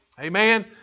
Amen